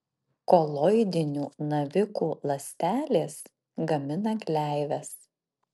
koloidinių navikų ląstelės gamina gleives